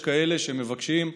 יש כאלה שמבקשים,